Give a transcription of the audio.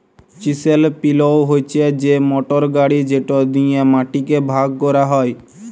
chisel পিলও হছে সেই মটর গাড়ি যেট দিঁয়ে মাটিকে ভাগ ক্যরা হ্যয়